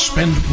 Spend